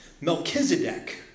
melchizedek